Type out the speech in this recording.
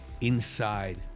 Inside